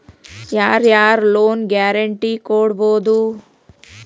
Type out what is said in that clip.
ಯಾರ್ ಯಾರ್ loan guarantee ಕೊಡ್ಬೊದು?